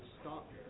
stop